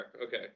Okay